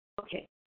Okay